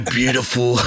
beautiful